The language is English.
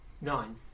Nine